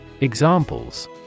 Examples